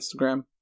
Instagram